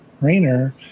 Rainer